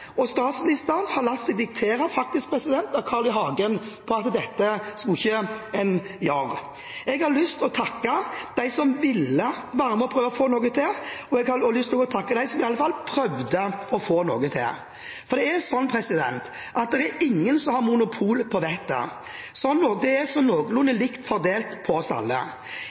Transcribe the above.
og statsministeren har latt seg diktere – faktisk av Carl I. Hagen – til at dette skulle en ikke gjøre. Jeg har lyst til å takke dem som ville være med på å prøve å få til noe, og jeg har også lyst til å takke dem som i alle fall prøvde å få til noe. For det er slik at ingen har monopol på vettet – det er noenlunde likt fordelt på